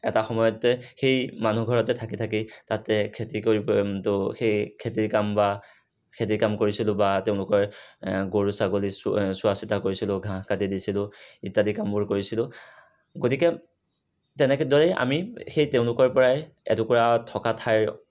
এটা সময়তে সেই মানুহ ঘৰতে থাকি থাকি তাতে খেতি কৰি সেই খেতিৰ কাম বা খেতিৰ কাম কৰিছিলোঁ বা তেওঁলোকৰ গৰু ছাগলী চোৱা চোৱাচিতা কৰিছিলোঁ ঘাঁহ কাটি দিছিলোঁ ইত্যাদি কাম কামবোৰ কৰিছিলোঁ গতিকে তেনেকৈ দৰেই আমি সেই তেওঁলোকৰপৰাই এটুকুৰা থকা ঠাইৰ